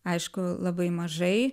aišku labai mažai